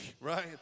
right